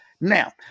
Now